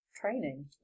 training